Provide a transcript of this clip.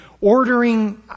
ordering